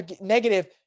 negative